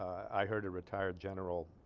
i heard a retired general